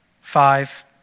five